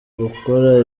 gukora